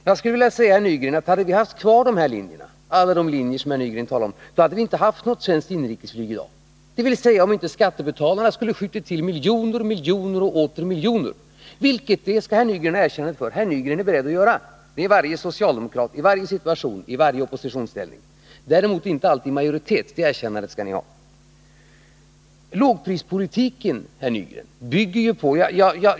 Jag skulle vilja säga, herr Nygren, att hade vi haft alla de linjer som herr Nygren talar om, då hade det inte funnits något svenskt inrikesflyg i dag, dvs. om inte skattebetalarna skulle ha skjutit till miljoner och miljoner och åter miljoner, vilket herr Nygren — och det skall han ha ett erkännande för — är beredd att göra. Det är varje socialdemokrat i varje situation, i varje oppositionsställning — däremot inte alltid i majoritet, det erkännandet skall ni ha. Herr talman!